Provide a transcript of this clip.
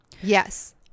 yes